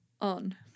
on